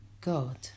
God